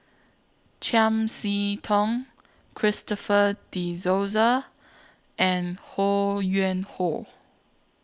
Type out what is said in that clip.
Chiam See Tong Christopher De Souza and Ho Yuen Hoe